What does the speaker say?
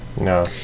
no